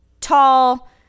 Tall